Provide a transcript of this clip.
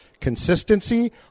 consistency